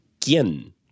¿Quién